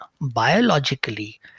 biologically